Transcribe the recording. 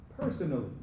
personally